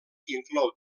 inclou